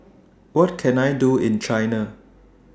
What Can I Do in China